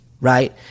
right